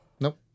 Nope